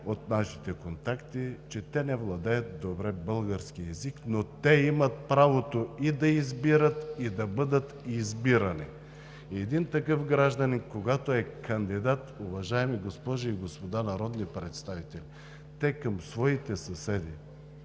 от контактите си, че те не владеят добре български език, но имат правото и да избират, и да бъдат избирани. И такъв гражданин, когато е кандидат, уважаеми госпожи и господа народни представители, на какъв език